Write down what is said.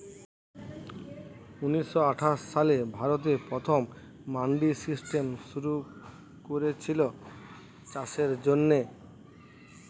ঊনিশ শ আঠাশ সালে ভারতে প্রথম মান্ডি সিস্টেম শুরু কোরেছিল চাষের জন্যে